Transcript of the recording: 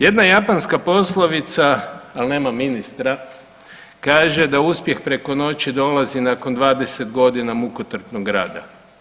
Jedna japanska poslovica ali nema ministra, kaže da uspjeh preko noći dolazi nakon 20 godina mukotrpnog rada.